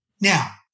Now